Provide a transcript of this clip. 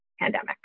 pandemic